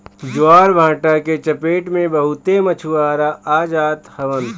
ज्वारभाटा के चपेट में बहुते मछुआरा आ जात हवन